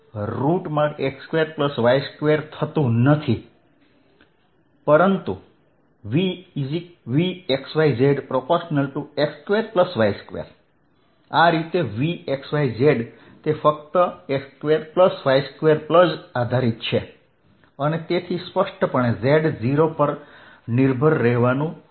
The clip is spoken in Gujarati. આમ Vxyz∝x2y2થતું નથી પરંતુ Vxyz∝x2y2 આ રીતે Vxyz તે ફક્ત x2y2પર આધારીત છે અને તેથી સ્પષ્ટપણે z0 પર નિર્ભર રહેવાનું છે